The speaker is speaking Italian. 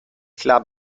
club